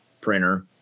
printer